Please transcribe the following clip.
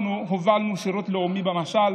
אנחנו הובלנו שירות לאומי במש"ל.